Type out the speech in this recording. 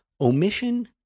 omission